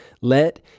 let